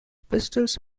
pistols